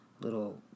little